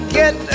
get